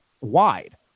wide